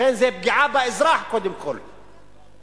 לכן זה פגיעה באזרח, קודם כול.